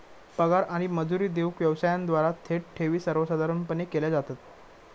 पगार आणि मजुरी देऊक व्यवसायांद्वारा थेट ठेवी सर्वसाधारणपणे केल्या जातत